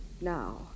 now